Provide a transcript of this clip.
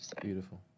Beautiful